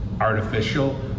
artificial